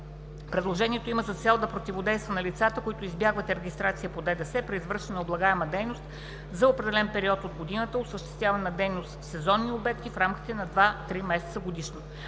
Предложението има за цел да противодейства на лицата, които избягват регистрация по ЗДДС при извършване на облагаема дейност за определен период от годината (осъществяване на дейност в сезонни обекти в рамките на 2 – 3 месеца годишно).